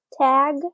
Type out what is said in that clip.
tag